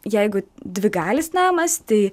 jeigu dvigalis namas tai